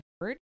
word